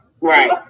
Right